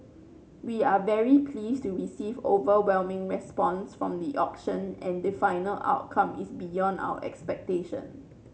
we are very pleased to receive overwhelming response from the auction and the final outcome is beyond our expectation